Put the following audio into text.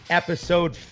episode